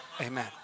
amen